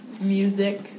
music